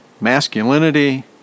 masculinity